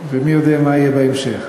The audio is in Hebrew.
ומי יודע מה יהיה בהמשך.